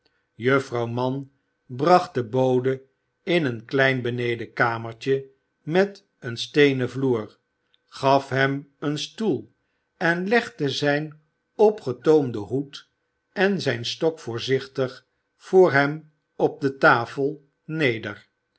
juffrouw mann bracht den bode in een klein benedenkamertje met een steenen vloer gaf hem een stoel en legde zijn opgetoomden hoed en zijn stok voorzichtig voor hem op de tafel neder